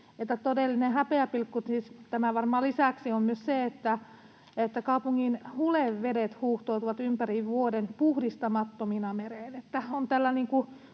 varmaan tämän lisäksi — on myös se, että kaupungin hulevedet huuhtoutuvat ympäri vuoden puhdistamattomina mereen.